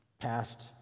past